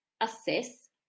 assess